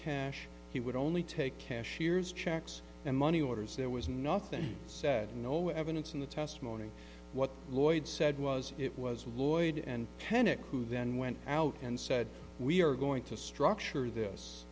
cash he would only take cashier's checks and money orders there was nothing said no evidence in the testimony what lloyd said was it was lloyd and tenet who then went out and said we are going to structure this